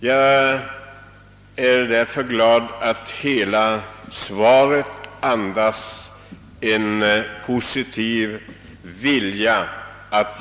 Därför är jag glad över att hela svaret andas en positiv vilja.